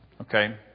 Okay